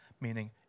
meaning